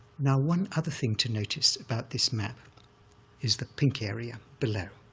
now, one other thing to notice about this map is the pink area below.